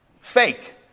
Fake